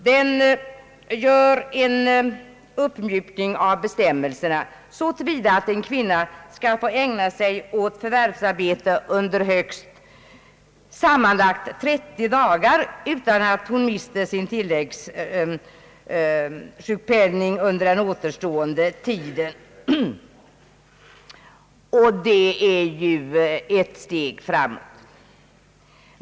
Det framlagda förslaget innebär en uppmjukning av bestämmelserna, så till vida att en kvinna skall få ägna sig åt förvärvsarbete under sammanlagt högst 30 dagar utan att hon mister sin tilläggssjukpenning under den återstående tiden. Det är ett steg framåt.